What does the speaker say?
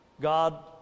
God